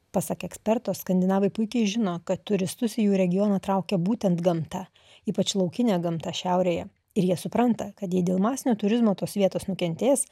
pasak eksperto skandinavai puikiai žino kad turistus į jų regioną traukia būtent gamta ypač laukinė gamta šiaurėje ir jie supranta kad jei dėl masinio turizmo tos vietos nukentės